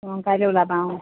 অঁ কাইলৈ ওলাবা অঁ